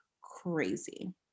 crazy